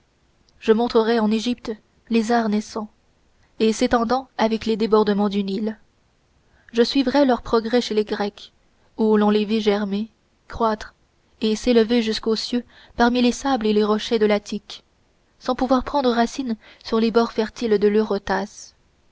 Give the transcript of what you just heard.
je montrerais en égypte les arts naissants et s'étendant avec les débordements du nil je suivrais leur progrès chez les grecs où l'on les vit germer croître et s'élever jusqu'aux cieux parmi les sables et les rochers de l'attique sans pouvoir prendre racine sur les bords fertiles de l'eurotas